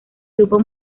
grupo